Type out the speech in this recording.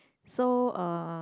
so uh